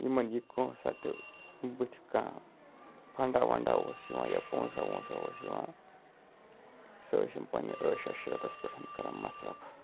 یِمَن یہِ کٲنٛسا تہِ بٕتھِ کانٛہہ فَنٛڈا وَنٛڈا اوس یِوان یا پونٛسَہ وونٛسَہ اوس یِوان سُہ ٲسۍ یِم پنٛنہِ عٲش عشرَتَس پٮ۪ٹھ کَران مَصرف